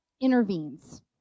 intervenes